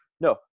No